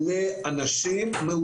יש הרבה אסירים שמוגדרים